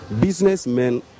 businessmen